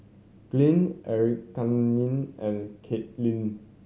Glynn and Katelin